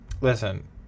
Listen